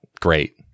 great